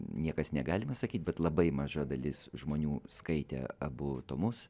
niekas negalima sakyti bet labai maža dalis žmonių skaitę abu tomus